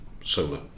solar